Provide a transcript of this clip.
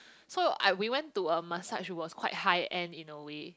so I we went to a massage it was quite high end in a way